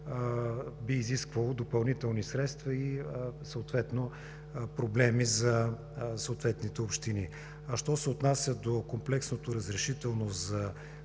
би изисквало допълнителни средства и съответно проблеми за съответните общини. Що се отнася до комплексното разрешително за